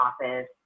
office